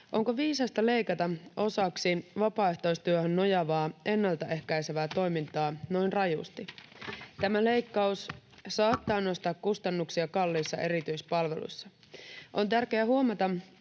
Onko viisasta leikata osaksi vapaaehtoistyöhön nojaavaa ennaltaehkäisevää toimintaa noin rajusti? Tämä leikkaus saattaa nostaa kustannuksia kalliissa erityispalveluissa. On tärkeää huomata